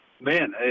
man